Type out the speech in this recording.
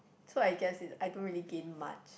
so I guess it's I don't really gain much